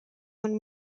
one